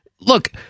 look